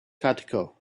kattiko